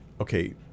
Okay